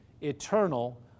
eternal